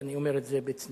ואני אומר את זה בצניעות,